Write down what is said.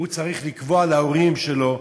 הוא צריך לקבוע להורים שלו,